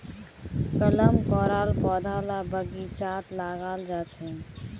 कलम कराल पौधा ला बगिचात लगाल जाहा